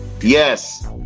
Yes